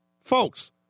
Folks